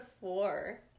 four